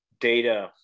data